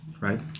right